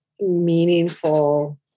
meaningful